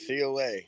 COA